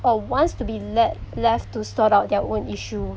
or wants to be led left to sort out their own issue